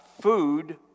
food